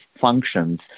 functions